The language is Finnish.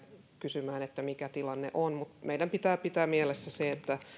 kysymään mikä tilanne on meidän pitää pitää mielessä se että